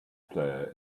player